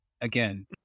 Again